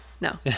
No